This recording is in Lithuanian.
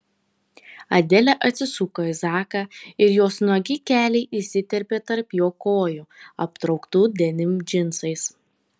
adelė atsisuko į zaką ir jos nuogi keliai įsiterpė tarp jo kojų aptrauktų denim džinsais